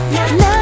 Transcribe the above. Now